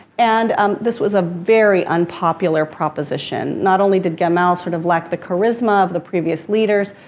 and um this was a very unpopular proposition. not only did gamal sort of lack the charisma of the previous leaders,